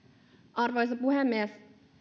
arvoisa puhemies